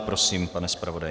Prosím, pane zpravodaji.